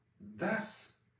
thus